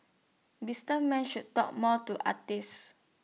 businessmen should talk more to artists